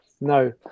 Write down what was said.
no